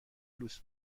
لوس